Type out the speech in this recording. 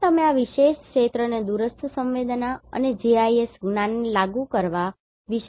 અને તમે આ વિશેષ ક્ષેત્રને દૂરસ્થ સંવેદના અને GIS જ્ઞાન ને લાગુ કરવા વિશે વિચારી શકો છો